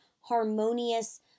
harmonious